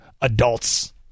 adults